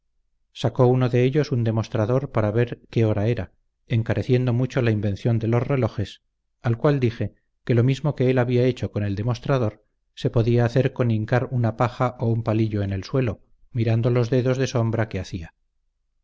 sacó uno de ellos un demostrador para ver qué hora era encareciendo mucho la invención de los relojes al cual dije que lo mismo que él había hecho con el demostrador se podía hacer con hincar una paja o un palillo en el suelo mirando los dedos de sombra que hacia